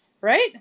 Right